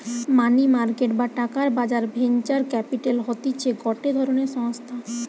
মানি market বা টাকার বাজার ভেঞ্চার ক্যাপিটাল হতিছে গটে ধরণের সংস্থা